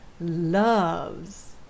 loves